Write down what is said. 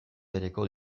bereko